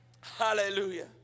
Hallelujah